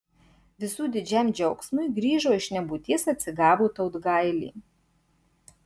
visų didžiam džiaugsmui grįžo iš nebūties atsigavo tautgailė